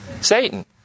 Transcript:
Satan